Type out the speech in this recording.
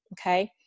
okay